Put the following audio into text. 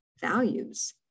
values